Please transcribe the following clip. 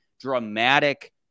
dramatic